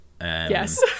yes